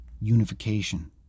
Unification